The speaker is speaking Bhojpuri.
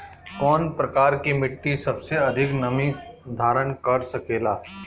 कौन प्रकार की मिट्टी सबसे अधिक नमी धारण कर सकेला?